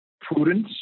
prudence